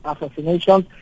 assassinations